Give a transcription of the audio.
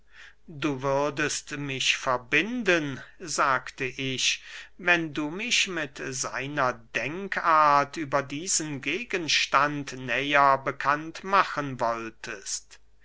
du würdest mich verbinden sagte ich wenn du mich mit seiner denkart über diesen gegenstand näher bekannt machen wolltest